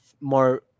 more